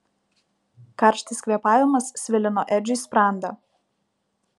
karštas kvėpavimas svilino edžiui sprandą